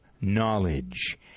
knowledge